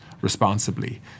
responsibly